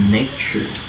nature